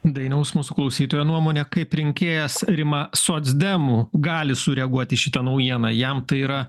dainiaus mūsų klausytojo nuomonė kaip rinkėjas rima socdemų gali sureaguoti į šitą naujieną jam tai yra